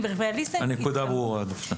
ברכבי הליסינג --- הנקודה ברורה דפנה.